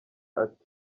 ati